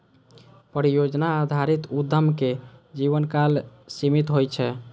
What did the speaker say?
परियोजना आधारित उद्यमक जीवनकाल सीमित होइ छै